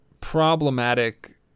problematic